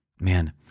Man